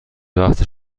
وقت